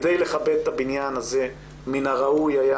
כדי לכבד את הבניין הזה מן הראוי היה